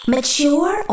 Mature